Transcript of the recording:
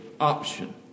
option